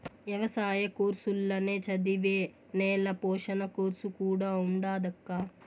ఎవసాయ కోర్సుల్ల నే చదివే నేల పోషణ కోర్సు కూడా ఉండాదక్కా